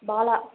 Bala